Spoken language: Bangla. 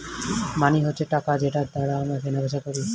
মানি হচ্ছে টাকা যেটার দ্বারা আমরা কেনা বেচা করি